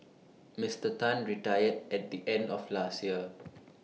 Mister Tan retired at the end of last year